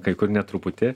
kai kur ne truputį